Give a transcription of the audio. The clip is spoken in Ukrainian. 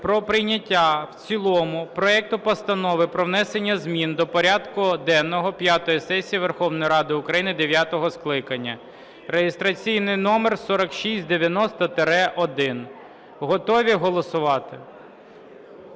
про прийняття в цілому проекту Постанови про внесення змін до порядку денного п'ятої сесії Верховної Ради України дев'ятого скликання (реєстраційний номер 4690-1). Готові голосувати?